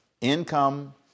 Income